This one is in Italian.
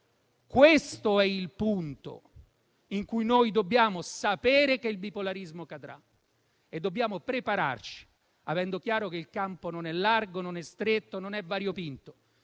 Questo è il punto, in cui noi dobbiamo sapere che il bipolarismo cadrà e dobbiamo prepararci, avendo chiaro che il campo non è largo, non è stretto, non è variopinto: